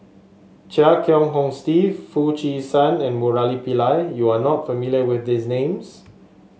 Chia Kiah Hong Steve Foo Chee San and Murali Pillai you are not familiar with these names